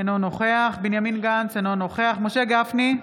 אינו נוכח בנימין גנץ, אינו נוכח משה גפני,